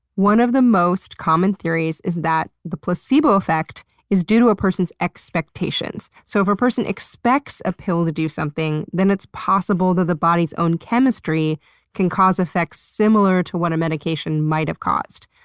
one of the most common theories is that the placebo effect is due to a person's expectations. so if a person expects a pill to do something, then it's possible that the body's own chemistry can cause effects similar to what a medication might have caused.